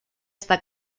está